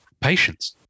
patience